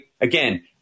again